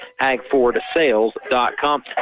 HagfordSales.com